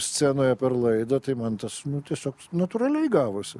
scenoje per laidą tai man tas nu tiesiog natūraliai gavosi